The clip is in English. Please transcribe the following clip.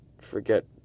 forget